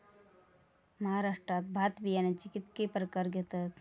महाराष्ट्रात भात बियाण्याचे कीतके प्रकार घेतत?